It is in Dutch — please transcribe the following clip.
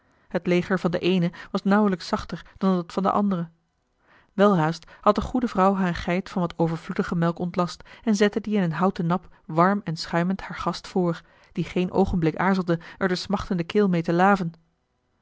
het leger van de eene was nauwelijks zachter dan dat van de andere welhaast had de goede vrouw hare geit van wat overvloedige melk ontlast en zette die in een houten nap warm en schuimend haar gast voor die geen oogenblik aarzelde er de smachtende keel meê te laven